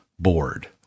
bored